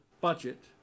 budget